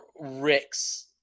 Rick's